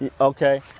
Okay